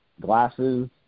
glasses